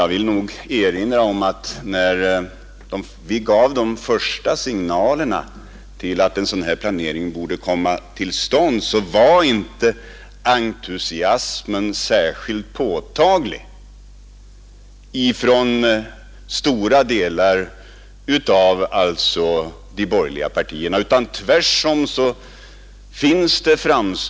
Då vill jag erinra om att när vi gav de första signalerna till att en sådan planering borde göras, var entusiasmen hos stora delar av de borgerliga partierna inte särskilt påtaglig. Tvärtom.